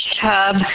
tub